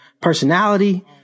personality